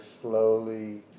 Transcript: slowly